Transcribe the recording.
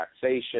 taxation